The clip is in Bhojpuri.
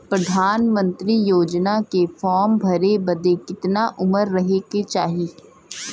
प्रधानमंत्री योजना के फॉर्म भरे बदे कितना उमर रहे के चाही?